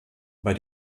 bei